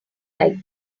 like